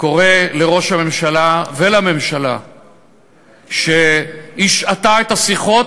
קורא לראש הממשלה ולממשלה שהשעתה את השיחות,